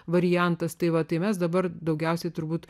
variantas tai va tai mes dabar daugiausiai turbūt